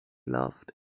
loved